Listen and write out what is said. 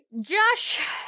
Josh